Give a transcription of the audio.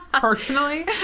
Personally